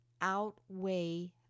outweigh